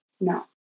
No